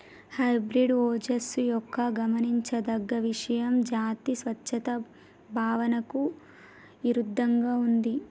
hybrid ఓజస్సు యొక్క గమనించదగ్గ ఇషయం జాతి స్వచ్ఛత భావనకు ఇరుద్దంగా ఉంది